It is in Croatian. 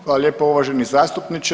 Hvala lijepo uvaženi zastupniče.